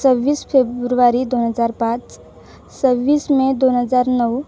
सव्वीस फेब्रुवारी दोन हजार पाच सव्वीस मे दोन हजार नऊ